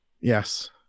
Yes